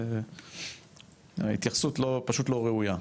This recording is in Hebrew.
אבל ההתייחסות פשוט לא ראויה.